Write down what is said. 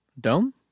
Dome